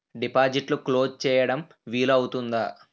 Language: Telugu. డిపాజిట్లు క్లోజ్ చేయడం వీలు అవుతుందా?